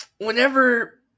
Whenever